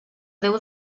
déu